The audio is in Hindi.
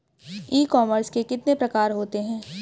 ई कॉमर्स के कितने प्रकार होते हैं?